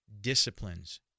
disciplines